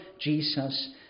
Jesus